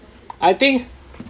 I think